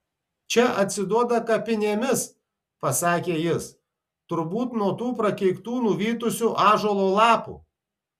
čia atsiduoda kapinėmis pasakė jis turbūt nuo tų prakeiktų nuvytusių ąžuolo lapų